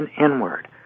inward